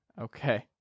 Okay